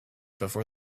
before